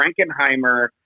Frankenheimer